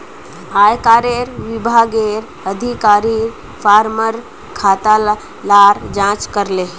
आयेकर विभागेर अधिकारी फार्मर खाता लार जांच करले